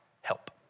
help